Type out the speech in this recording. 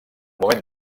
moment